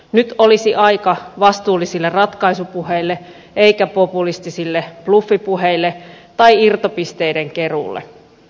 nyt olisi aika vastuullisille ratkaisupuheille eikä populistisille bluffipuheille tai irtopisteiden keruulle